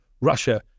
Russia